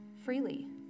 freely